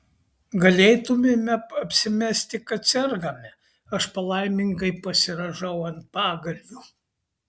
galėtumėme apsimesti kad sergame aš palaimingai pasirąžau ant pagalvių